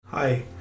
Hi